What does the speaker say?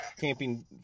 camping